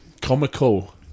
Comical